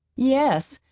yes,